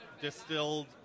distilled